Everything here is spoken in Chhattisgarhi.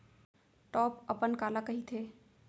टॉप अपन काला कहिथे?